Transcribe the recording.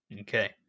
Okay